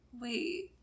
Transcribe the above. wait